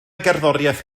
gerddoriaeth